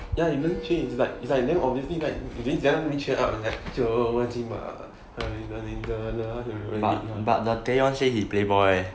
ya he really chase is like is like obviously like didn't chill out then it's like